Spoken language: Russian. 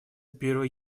первый